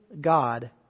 God